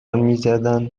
میزدن